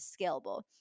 scalable